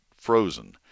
frozen